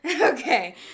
Okay